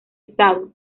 estado